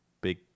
big